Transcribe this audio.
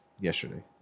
yesterday